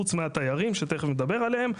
חוץ מהתיירים שתכך נדבר עליהם,